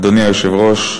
אדוני היושב-ראש,